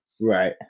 Right